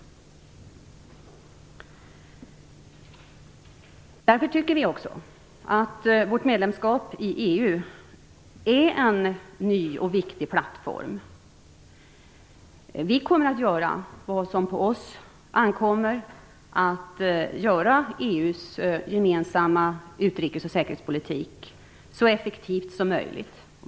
Därför tycker vi också att vårt medlemskap i EU är en ny och viktig plattform. Vi kommer att göra vad som på oss ankommer för att göra EU:s gemensamma utrikes och säkerhetspolitik så effektiv som möjligt.